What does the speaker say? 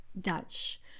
Dutch